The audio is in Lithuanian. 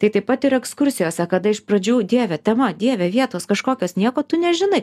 tai taip pat ir ekskursijose kada iš pradžių dieve tema dieve vietos kažkokios nieko tu nežinai